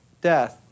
death